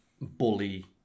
bully